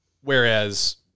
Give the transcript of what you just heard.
Whereas